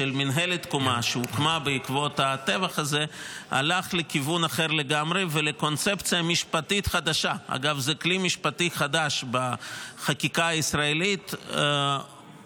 1. חוות דעת ביטחונית ברורה,